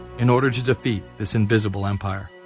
in order to defeat this invisible empire.